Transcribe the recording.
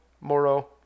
Moro